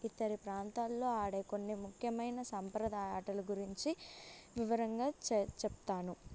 ఇతర ప్రాంతాల్లో ఆడే కొన్ని ముఖ్యమైన సంప్రదాయ ఆటల గురించి వివరంగా చె చెప్తాను